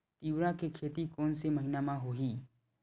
तीवरा के खेती कोन से महिना म होही?